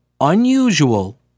unusual